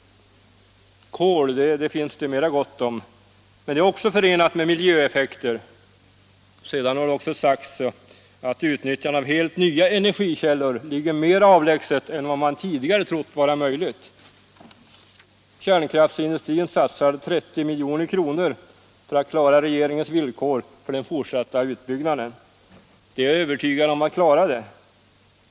Kol finns det mer gott om, men användningen av det är också förenad med miljöeffekter. De säger vidare att utnyttjandet av helt nya energikällor är mer avlägset än man tidigare räknat med. Kärnkraftsindustrin satsar 30 milj.kr. på att klara regeringens villkor för den fortsatta utbyggnaden och är övertygad om att klara dem.